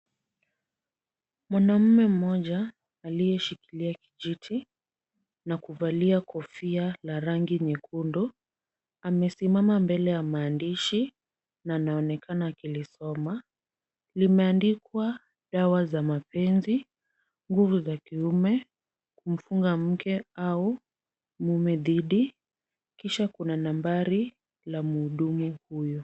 Mwanamume mmoja aliyeshikilia kijiti na kuvalia kofia la rangi nyekundu, amesimama mbele ya maandishi na anaonekana akilisoma. Limeandikwa dawa za mapenzi, nguvu za kiume, kumfunga mke au mume dhidi kisha kuna nambari ya mhudumu huyo.